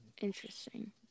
Interesting